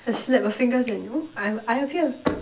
a snap of fingers and !woo! I I appear